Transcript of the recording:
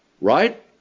right